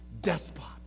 despot